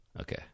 Okay